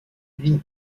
vide